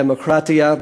דמוקרטיה,